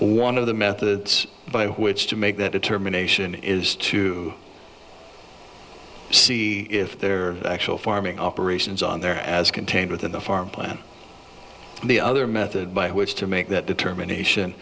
one of the methods by which to make that determination is to see if there are actual farming operations on there as contained within the farm plan and the other method by which to make that determination